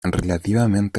relativamente